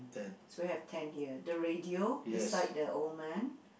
so we have ten here the radio beside the old man